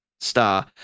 star